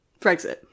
Brexit